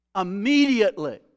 Immediately